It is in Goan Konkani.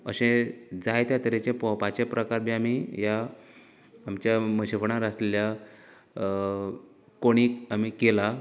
अशें जायते तरेचे पोंवपाचें प्रकार बी आमी ह्या आमच्या म्हशीं फोंडार आसल्या कोंडीत आमी केल्या